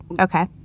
Okay